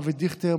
אבי דיכטר,